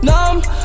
Numb